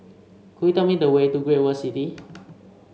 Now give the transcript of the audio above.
could you tell me the way to Great World City